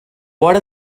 what